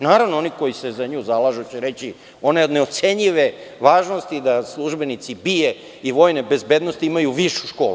Oni koji se za nju zalažu će reći – ona je od neocenjive važnosti da službenici BIA i vojne bezbednosti imaju višu školu.